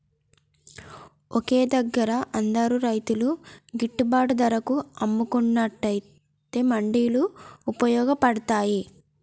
ఒకే దగ్గర అందరు రైతులు గిట్టుబాటు ధరకు అమ్ముకునేట్టు మండీలు వుపయోగ పడ్తాయ్